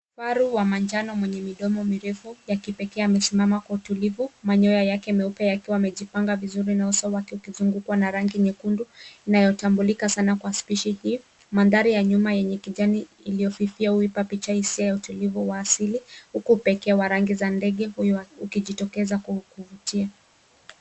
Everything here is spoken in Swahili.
Kifaru wa manjano wenye midomo mirefu ya kipekee amesimama kwa utulivu, manyoya yake meupe yakiwa yamejipanga vizuri na uso wake ukizungukwa na rangi nyekundu inayotambulika sana kwa species hii. Mandhari ya nyuma yenye kijani iliyofifia huipa picha hisia ya utulivu wa asili huku upekee wa rangi za ndege huyu ukijitokeza kwa kuvutia.